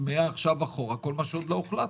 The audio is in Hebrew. מעכשיו אחורה כל מה שעוד לא הוחלט,